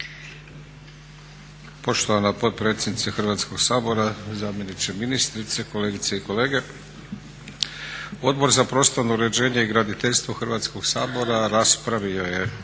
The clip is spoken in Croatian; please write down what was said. Poštovana potpredsjednice Hrvatskog sabora, zamjeniče ministrice, kolegice i kolege. Odbor za prostorno uređenje i graditeljstvo Hrvatskog sabora raspravio je